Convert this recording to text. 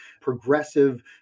progressive